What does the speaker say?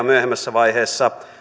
myöhemmässä vaiheessa